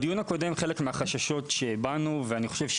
בדיון הקודם חלק מהחששות שהבענו ולדעתי,